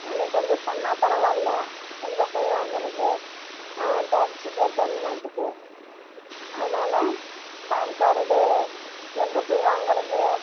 நீ கொஞ்சம் சொன்னால் பரவாயில்லை எங்கே போய் வாங்கிறது டேக்ஸி கட்டணுமாட்டுருக்கு அதனால் பேன் கார்டு எங்கே போய் வாங்கிறது